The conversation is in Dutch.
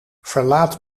verlaat